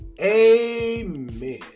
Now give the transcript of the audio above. Amen